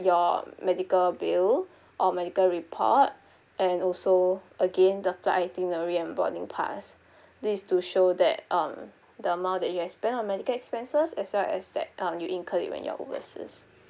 your medical bill or medical report and also again the flight itinerary and boarding pass this ia to show that um the amount that you have spent on medical expenses as well as that um you incurred when you're overseas